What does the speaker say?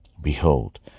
Behold